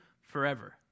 forever